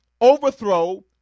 overthrow